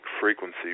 frequency